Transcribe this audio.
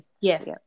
Yes